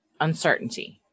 Uncertainty